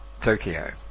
Tokyo